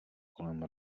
kolem